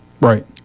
Right